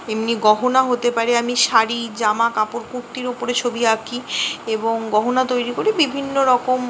এমনি গহনা হতে পারে আমি শাড়ি জামা কাপড় কুর্তির ওপরে ছবি আঁকি এবং গহনা তৈরি করি বিভিন্ন রকম